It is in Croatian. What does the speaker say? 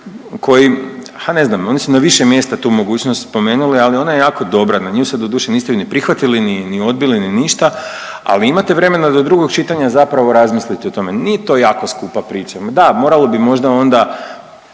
kojim, a ne znam oni su na više mjesta tu mogućnost spomenuli ali ona je jako dobra na nju se doduše niste ju ni prihvatili ni odbili ni ništa, ali imate vremena do drugog čitanja zapravo razmisliti o tome. Nije to jako skupa priča, ma da moralo bi možda onda